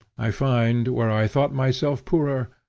i find, where i thought myself poor,